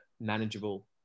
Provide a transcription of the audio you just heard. manageable